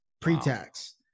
pre-tax